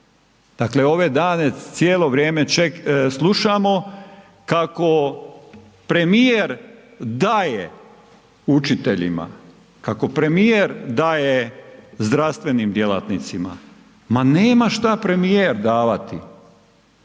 Dakle, ove dane cijelo vrijeme slušamo kako premijer daje učiteljima, kako premijer daje zdravstvenim djelatnicima, ma nema šta premijer davati.